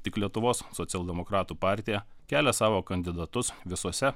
tik lietuvos socialdemokratų partija kelia savo kandidatus visose